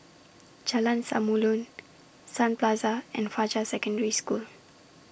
Jalan Samulun Sun Plaza and Fajar Secondary School